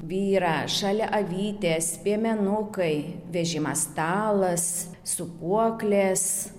vyrą šalia avytės piemenukai vežimas stalas sūpuoklės